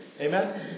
Amen